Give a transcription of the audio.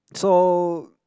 so